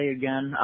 again